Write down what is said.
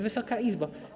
Wysoka Izbo!